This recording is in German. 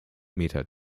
meter